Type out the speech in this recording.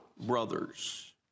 brothers